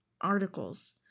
articles